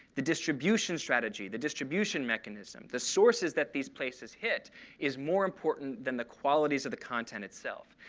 the distribution strategy, the distribution mechanism, the sources that these places hit is more important than the qualities of the content itself.